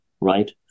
right